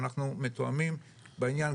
ואנחנו מתואמים בעניין,